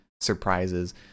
surprises